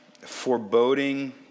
foreboding